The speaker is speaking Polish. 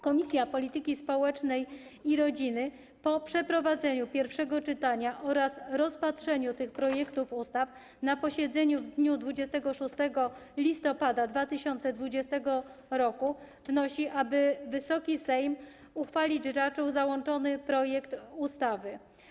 Komisja Polityki Społecznej i Rodziny po przeprowadzeniu pierwszego czytania oraz rozpatrzeniu tych projektów ustaw na posiedzeniu w dniu 26 listopada 2020 r. wnosi, aby Wysoki Sejm uchwalić raczył załączony projekt ustawy.